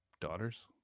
daughters